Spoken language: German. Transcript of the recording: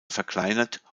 verkleinert